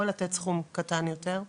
או לתת סכום קטן יותר,